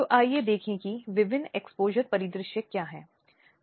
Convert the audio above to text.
तो यह एक वैधानिक निकाय है जो वहां है